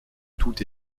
tout